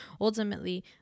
ultimately